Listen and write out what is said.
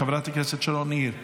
חברת הכנסת שרון ניר,